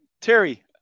Terry